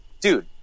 dude